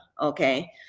okay